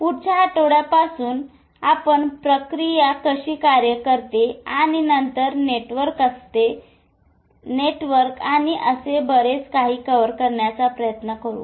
पुढच्या आठवड्यापासून आपण प्रक्रिया कशी कार्य करते आणि नंतर नेटवर्क आणि असे बरेच काही कव्हर करण्याचा प्रयत्न करू